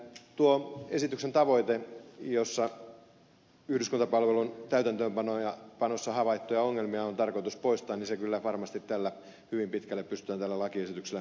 tuo esityksen tavoite jossa yhdyskuntapalvelun täytäntöönpanossa havaittuja ongelmia on tarkoitus poistaa kyllä varmasti hyvin pitkälle pystytään tällä lakiesityksellä saavuttamaan